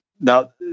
Now